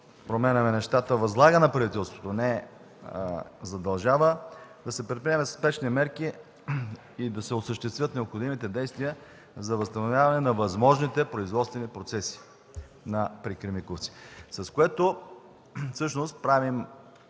променяме нещата. „Възлага на правителството – не „задължава”, да се предприемат спешни мерки и да се осъществяват необходимите действия за възстановяване на възможните производствени процеси при „Кремиковци”.” С това всъщност предлагаме